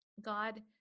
God